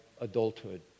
adulthood